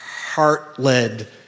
heart-led